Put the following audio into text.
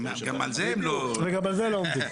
גם על זה הם לא --- וגם בזה הם לא עומדים.